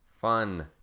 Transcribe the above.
fun